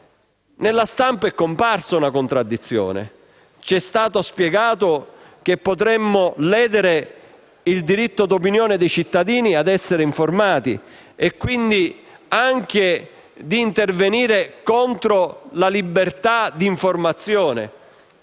tuttavia, è comparsa una contraddizione: ci è stato spiegato che potremmo ledere il diritto dei cittadini a essere informati, quindi anche intervenire contro la libertà d'informazione.